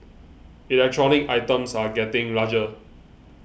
electronic items are getting larger